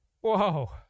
Whoa